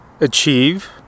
achieve